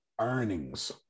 earnings